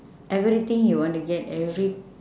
everything you want to get every